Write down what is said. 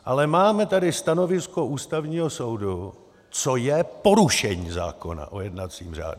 Ale máme tady stanovisko Ústavního soudu, co je porušení zákona o jednacím řádu.